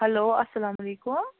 hello اَسَلامُ علیکُم